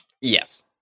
Yes